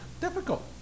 difficult